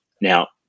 now